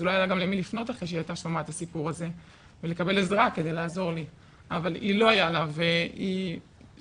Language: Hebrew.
אז אולי היה לה גם למי לפנות אחרי שהיא הייתה שומעת את הסיפור הזה,